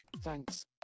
Thanks